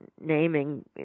naming